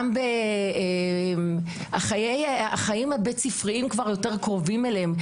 גם בחיים הבית-ספריים שהם כבר יותר קרובים אליהן.